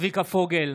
צביקה פוגל,